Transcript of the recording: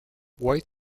white